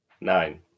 Nine